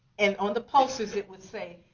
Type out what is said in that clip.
and on the posters it would say,